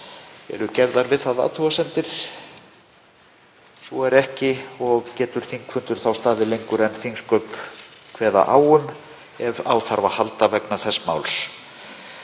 Eru gerðar við það athugasemdir? Svo er ekki og getur þingfundur þá staðið lengur en þingsköp kveða á um ef á þarf að halda vegna þess máls.